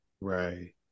Right